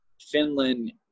Finland